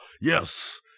yes